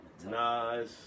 Nice